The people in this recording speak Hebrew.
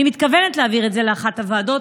אני מתכוונת להעביר את זה לאחת הוועדות,